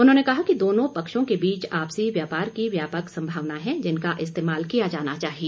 उन्होंने कहा कि दोनों पक्षों के बीच आपसी व्यापार की व्यापक संभावना है जिनका इस्तेमाल किया जाना चाहिए